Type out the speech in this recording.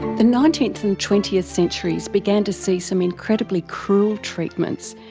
the nineteenth and twentieth centuries began to see some incredibly cruel treatments.